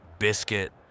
biscuit